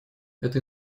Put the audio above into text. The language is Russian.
эта